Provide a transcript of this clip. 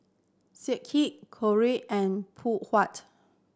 Schick Knorr and Phoon Huat